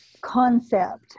concept